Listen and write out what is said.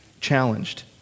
challenged